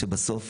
שבסוף